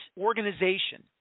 organization